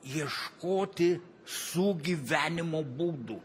ieškoti sugyvenimo būdų